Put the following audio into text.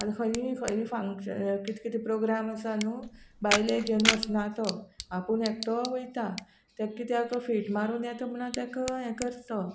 आनी खंयी खंय फांक्श कितें कितें प्रोग्राम आसा न्हू बायलेक घेवन वचना तो आपूण एकटो वयता तेका कित्याक फीट मारून येता म्हूण तेका हें करत तो